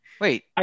Wait